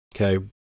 okay